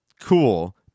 cool